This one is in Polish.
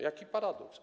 Jaki paradoks.